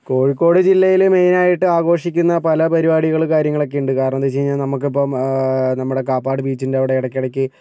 കോഴിക്കോട് ജില്ലയിൽ മെയിനായിട്ട് ആഘോഷിക്കുന്ന പല പരിപാടികൾ കാര്യങ്ങളൊക്കെയുണ്ട് കാരണം എന്തെന്ന് വെച്ച് കഴിഞ്ഞാൽ നമുക്കിപ്പം നമ്മുടെ കാപ്പാട് ബീച്ചിൻറവിടെ ഇടക്കിടക്ക്